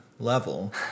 level